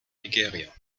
nigeria